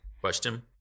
Question